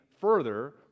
further